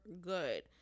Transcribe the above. good